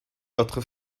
votre